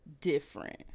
Different